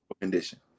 condition